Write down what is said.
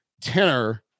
tenor